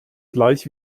gleich